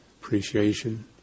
appreciation